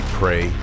pray